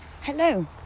Hello